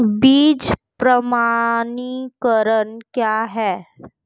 बीज प्रमाणीकरण क्या है?